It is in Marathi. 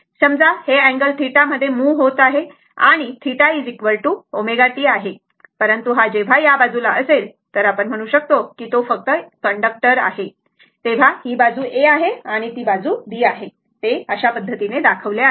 समजा हे θ अँगल θ angle मध्ये मूव होत आहे आणि θ ω t आहे परंतु हा जेव्हा ह्या बाजूला असेल तर आपण म्हणू शकतो की तो फक्त कंडक्टर आहे तेव्हा ही बाजू A आहे आणि ती बाजू B आहे अशा पद्धतीने दाखवली आहे